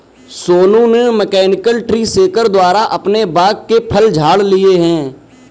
सोनू ने mechanical tree shaker द्वारा अपने बाग के फल झाड़ लिए है